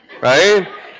Right